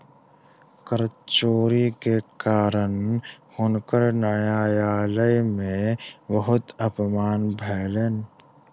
कर चोरी के कारण हुनकर न्यायालय में बहुत अपमान भेलैन